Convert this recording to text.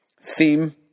theme